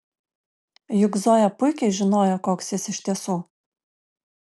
juk zoja puikiai žinojo koks jis iš tiesų